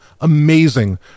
Amazing